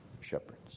shepherds